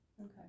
Okay